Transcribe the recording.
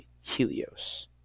Helios